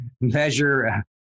measure